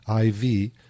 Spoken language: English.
IV